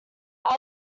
out